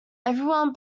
everyone